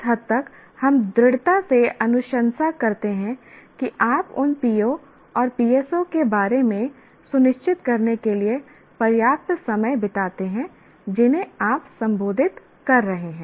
इस हद तक हम दृढ़ता से अनुशंसा करते हैं कि आप उन PO और PSO के बारे में सुनिश्चित करने के लिए पर्याप्त समय बिताते हैं जिन्हें आप संबोधित कर रहे हैं